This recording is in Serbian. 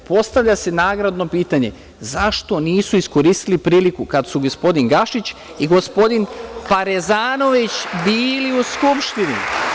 Postavlja se nagradno pitanje zašto nisu iskoristili priliku kad su gospodin Gašić i gospodin Parezanović bili u Skupštini?